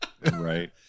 Right